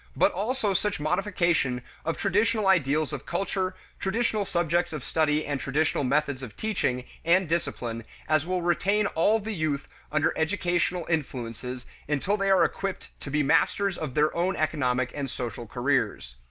but also such modification of traditional ideals of culture, traditional subjects of study and traditional methods of teaching and discipline as will retain all the youth under educational influences until they are equipped to be masters of their own economic and social careers.